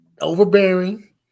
Overbearing